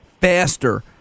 faster